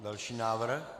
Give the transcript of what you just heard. Další návrh.